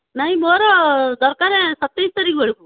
ନାଇଁ ମୋର ଦରକାରେ ସତେଇଶ ତାରିଖ ବେଳକୁ